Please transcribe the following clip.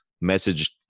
message